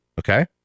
Okay